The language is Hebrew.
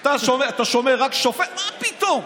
אתה רק שומע "שופט" מה פתאום.